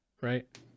right